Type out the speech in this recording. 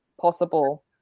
possible